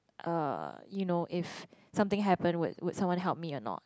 uh you know if something happened would would someone help me or not